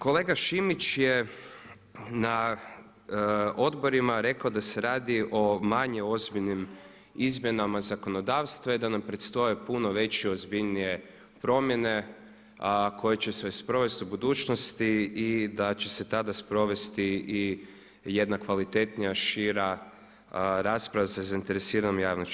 Kolega Šimić je na odborima rekao da se radi o manje ozbiljnim izmjenama zakonodavstva i da nam predstoje puno veće, ozbiljnije promjene koje će se sprovesti u budućnosti i da će se tada sprovesti i jedna kvalitetnija, šira rasprava sa zainteresiranom javnošću.